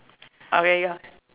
okay your